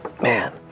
Man